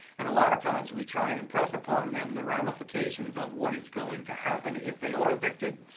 and a lot of times, we try and impress upon them the ramifications of what is going to happen if they are evicted,